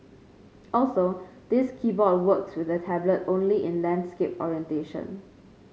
also this keyboard works with the tablet only in landscape orientation